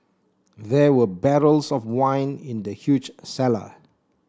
there were barrels of wine in the huge cellar